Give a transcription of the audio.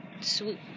Sweet